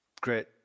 Great